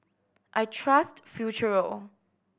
I trust Futuro